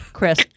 Chris